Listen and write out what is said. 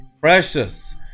precious